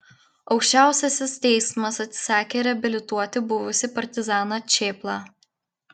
aukščiausiasis teismas atsisakė reabilituoti buvusį partizaną čėplą